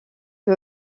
que